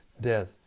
death